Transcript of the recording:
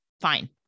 fine